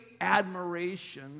admiration